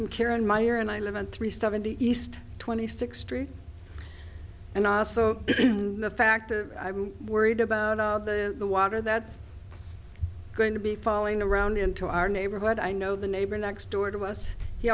from karen meyer and i live in three seventy east twenty six street and also the fact that i'm worried about all the water that's going to be falling around into our neighborhood i know the neighbor next door to us he